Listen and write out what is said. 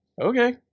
Okay